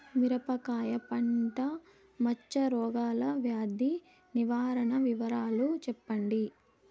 మిరపకాయ పంట మచ్చ రోగాల వ్యాధి నివారణ వివరాలు చెప్పండి?